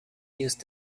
used